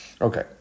Okay